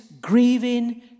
grieving